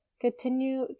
continue